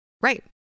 Right